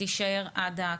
תישאר עד הקצה.